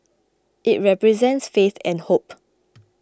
it represents faith and hope